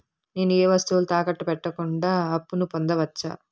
నేను ఏ వస్తువులు తాకట్టు పెట్టకుండా అప్పును పొందవచ్చా?